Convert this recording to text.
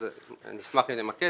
אז אני אשמח שנמקד.